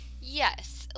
Yes